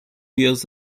years